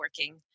working